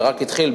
זה רק התחיל,